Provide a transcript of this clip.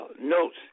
notes